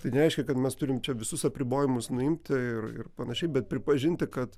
tai nereiškia kad mes turim čia visus apribojimus nuimti ir panašiai bet pripažinti kad